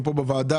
פה בוועדה,